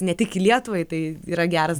ne tik lietuvai tai yra geras